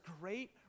great